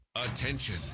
Attention